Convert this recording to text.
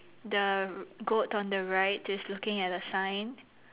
the goat on the right is looking at a sign